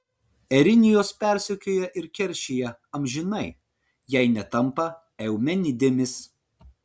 erinijos persekioja ir keršija amžinai jei netampa eumenidėmis